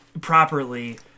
properly